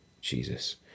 Jesus